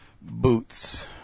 Boots